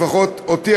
לפחות אותי,